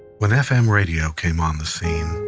when fm radio came on the scene,